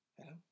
Hello